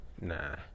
nah